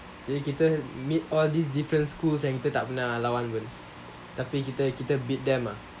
jadi kita meet all these different schools yang kita tak pernah lawan pun tapi kita beat them ah